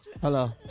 hello